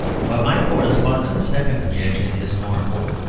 but my correspondent's second objection is more important.